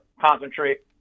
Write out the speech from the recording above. concentrate